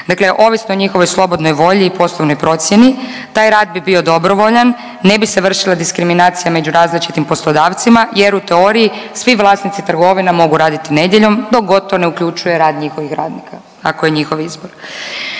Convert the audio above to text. dakle ovisno o njihovoj slobodnoj volji i poslovnoj procjeni taj rad bi bio dobrovoljan, ne bi se vršila diskriminacija među različitim poslodavcima jer u teoriji svi vlasnici trgovina mogu raditi nedjeljom dok god to ne uključuje rad njihovih radnika, ako je njihov izbor.